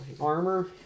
armor